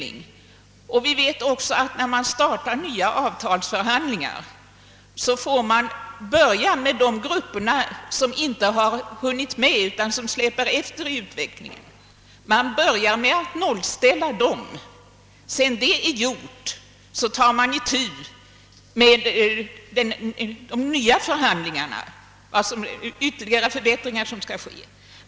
När man t.ex. startar nya avtalsförhandlingar får man börja med att nollställa de grupper som släpar efter i utvecklingen. Därefter tar man itu med förhandlingar om de förbättringar som ytterligare skall genomföras.